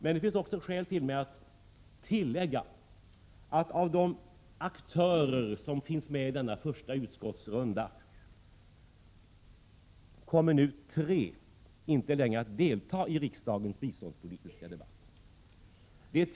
Men det finns skäl för mig att tillägga att av de aktörer som finns med i denna första utskottsrunda kommer tre inte längre att delta i riksdagens biståndspolitiska debatter.